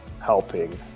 Helping